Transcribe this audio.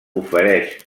ofereix